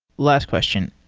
last question.